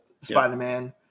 Spider-Man